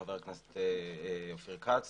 חבר הכנסת אופיר כץ